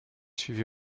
suivie